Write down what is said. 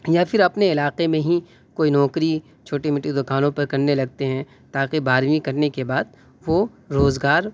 یا پھر اپنے علاقے میں ہی کوئی نوکری چھوٹی موٹی دکانوں پر کرنے لگتے ہیں تاکہ بارہویں کرنے کے بعد وہ روزگار